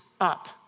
up